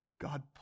God